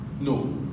No